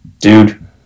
dude